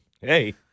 Hey